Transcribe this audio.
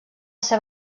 ser